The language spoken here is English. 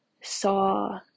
saw